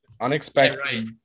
unexpected